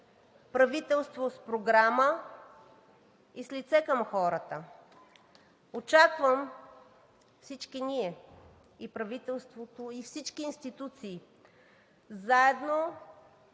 правителство с програма и с лице към хората. Очаквам всички ние – и правителството, и всички институции, заедно